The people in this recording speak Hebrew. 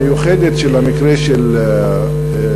המיוחדת של המקרה של פטירתו,